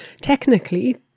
technically